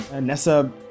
Nessa